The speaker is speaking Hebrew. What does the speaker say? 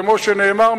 כמו שנאמר,